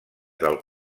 del